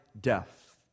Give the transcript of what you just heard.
death